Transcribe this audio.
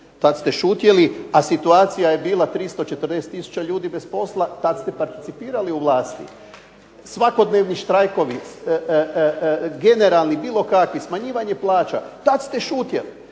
Tad ste šutjeli, a situacija je bila 340 tisuća ljudi bez posla. Tad ste parcipirali u vlasti. Svakodnevni štrajkovi, generalni, bilo kakvi, smanjivanje plaća, tad ste šutjeli.